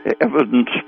evidence